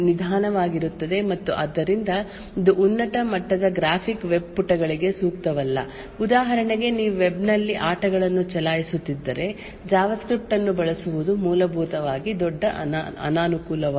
ನಿಮ್ಮ web browser ನಲ್ಲಿ ನಿಜವಾಗಿ ಜಾವಾಸ್ಕ್ರಿಪ್ಟ್ ಚಾಲನೆಯಲ್ಲಿರುವ ದೊಡ್ಡ ಸಮಸ್ಯೆಯೆಂದರೆ ಜಾವಾಸ್ಕ್ರಿಪ್ಟ್ ಅತ್ಯಂತ ನಿಧಾನವಾಗಿರುತ್ತದೆ ಮತ್ತು ಆದ್ದರಿಂದ ಇದು ಉನ್ನತ ಮಟ್ಟದ ಗ್ರಾಫಿಕ್ ವೆಬ್ ಪುಟಗಳಿಗೆ ಸೂಕ್ತವಲ್ಲ ಉದಾಹರಣೆಗೆ ನೀವು ವೆಬ್ ನಲ್ಲಿ ಆಟಗಳನ್ನು ಚಲಾಯಿಸುತ್ತಿದ್ದರೆ ಜಾವಾಸ್ಕ್ರಿಪ್ಟ್ ಅನ್ನು ಬಳಸುವುದು ಮೂಲಭೂತವಾಗಿ ದೊಡ್ಡ ಅನನುಕೂಲವಾಗಿದೆ